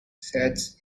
sets